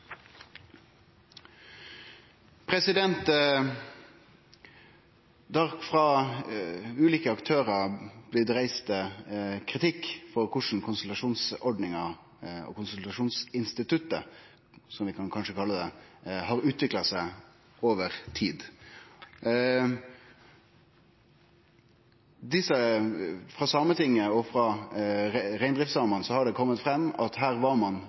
frå ulike aktørar blitt reist kritikk knytt til korleis konsultasjonsordninga og konsultasjonsinstituttet, som vi kanskje kan kalle det, har utvikla seg over tid. Frå Sametinget og frå reindriftssamane har det kome fram at her hadde ein